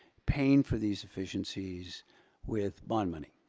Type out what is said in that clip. paying for these efficiencies with bond money.